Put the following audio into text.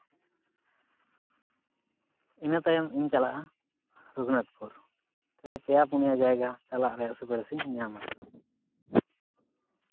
ᱤᱱᱟᱹ ᱛᱟᱭᱚᱢ ᱤᱧ ᱪᱟᱞᱟᱜᱼᱟ ᱨᱟᱹᱜᱷᱩᱱᱟᱛᱷᱯᱩᱨ ᱛᱟᱞᱚᱦᱮ ᱯᱮᱭᱟ ᱯᱩᱱᱭᱟᱹ ᱡᱟᱭᱜᱟ ᱪᱟᱞᱟᱜ ᱨᱮᱭᱟᱜ ᱥᱩᱯᱟᱨᱤᱥᱤᱧ ᱧᱟᱢ ᱠᱟᱫᱟ